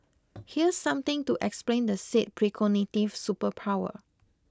here's something to explain the said precognitive superpower